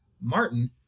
Martin